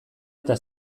eta